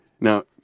Now